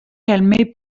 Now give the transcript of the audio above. calmé